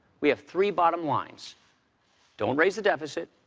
we have three bottom lines don't raise the deficit,